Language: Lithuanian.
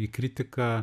į kritiką